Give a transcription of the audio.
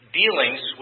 dealings